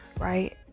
Right